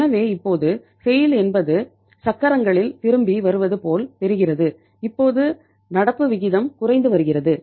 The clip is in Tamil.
எனவே இப்போது செய்ல் என்பது சக்கரங்களில் திரும்பி வருவது போல் தெரிகிறது இப்போது நடப்பு விகிதம் குறைந்து வருகிறது